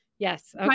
Yes